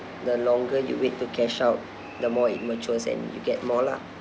the longer you wait to cash out the more it matures and you get more lah